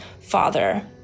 father